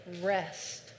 rest